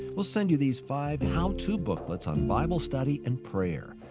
we'll send you these five how to booklets on bible study and prayer.